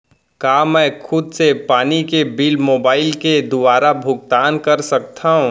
का मैं खुद से पानी के बिल मोबाईल के दुवारा भुगतान कर सकथव?